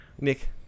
Nick